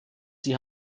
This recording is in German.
sie